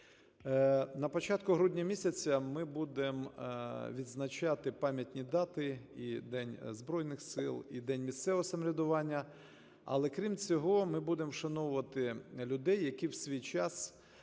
На початку грудня місяця ми будемо відзначати пам'ятні дати: і День Збройних Сил, і День місцевого самоврядування. Але, крім цього, ми будемо вшановувати людей, які в свій час